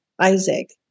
Isaac